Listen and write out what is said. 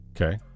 Okay